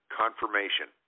confirmation